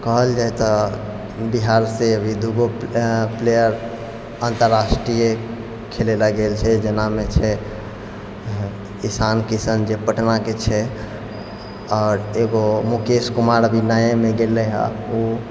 कहल जाइ तऽ बिहारसँ अभी दू गो प्लेअर अन्तर्राष्ट्रीय खेलैलए गेल छै जेनामे छै ईशान किशन जे पटनाके छै आओर एगो मुकेश कुमार अभी नएमे गेलै हँ ओ